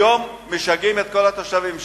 היום משגעים את כל התושבים שם.